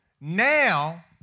Now